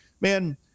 man